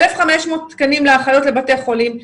1,500 תקנים לאחיות לבתי חולים.